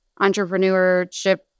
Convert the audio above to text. entrepreneurship